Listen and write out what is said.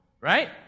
right